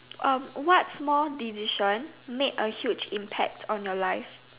um what small decision made a huge impact on your life